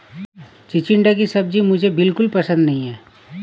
चिचिण्डा की सब्जी मुझे बिल्कुल पसंद नहीं है